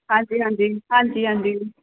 ਹਾਂਜੀ ਹਾਂਜੀ ਹਾਂਜੀ ਹਾਂਜੀ